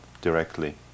directly